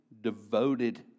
devoted